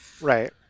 Right